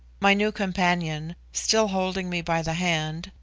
my new companion, still holding me by the hand,